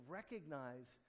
recognize